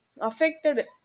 affected